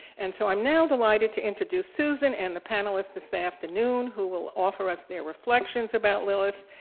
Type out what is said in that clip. and so i'm now delighted to introduce susan and the panelists this afternoon, who will offer us their reflections about lilith,